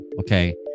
Okay